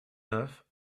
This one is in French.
neuf